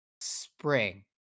spring